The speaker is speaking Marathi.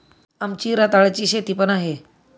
आमची रताळ्याची शेती पण आहे